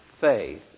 faith